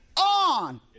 on